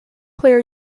player